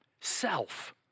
Self